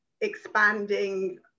expanding